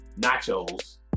nachos